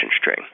string